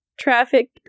traffic